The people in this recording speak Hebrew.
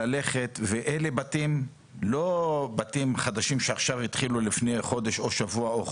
ואלה בתים שהם לא בתים חדשים שהתחילו לפני חודש או שבוע,